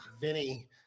Vinny